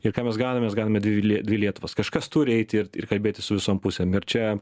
ir ką mes gauname mes gauname dvi lie dvi lietuvas kažkas turi eiti ir t ir kalbėtis su visom pusėm ir čia